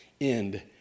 end